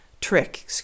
trick